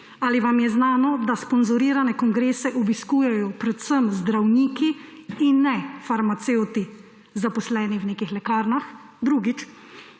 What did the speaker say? ali vam je znano, da sponzorirane kongrese obiskujejo predvsem zdravniki in ne farmacevti, zaposleni v nekih lekarnah? Drugič,